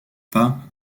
pas